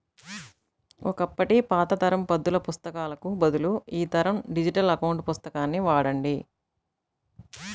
ఒకప్పటి పాత తరం పద్దుల పుస్తకాలకు బదులు ఈ తరం డిజిటల్ అకౌంట్ పుస్తకాన్ని వాడండి